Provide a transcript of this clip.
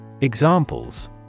Examples